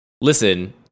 listen